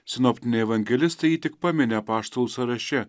sinoptiniai evangelistai jį tik pamini apaštalų sąraše